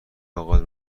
آغاز